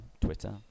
Twitter